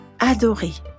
adoré